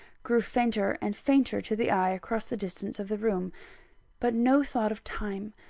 grew fainter and fainter to the eye, across the distance of the room but no thought of time,